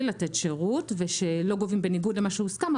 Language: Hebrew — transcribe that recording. לתת שירות ושלא גובים בניגוד למה שהוסכם,